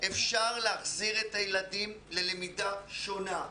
אפשר להחזיר את הילדים ללמידה שונה.